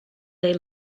they